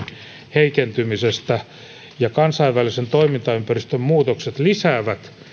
heikentymisestä kansainvälisen toimintaympäristön muutokset lisäävät